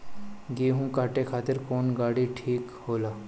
गेहूं काटे खातिर कौन गाड़ी ठीक होला?